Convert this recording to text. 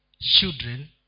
children